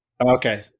Okay